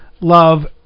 love